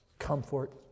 comfort